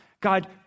God